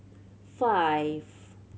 five